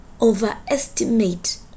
overestimate